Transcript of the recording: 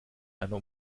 einer